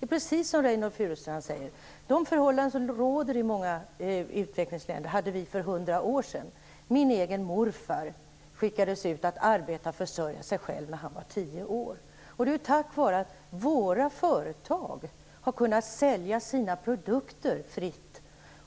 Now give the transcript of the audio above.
Det är precis som Reynoldh Furustrand säger, att de förhållanden som råder i många utvecklingsländer hade vi här för hundra år sedan. Min egen morfar skickades ut att arbeta och försörja sig själv när han var tio år. Det är tack vare att våra företag fritt har kunnat sälja sina produkter